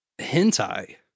hentai